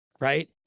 Right